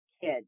kid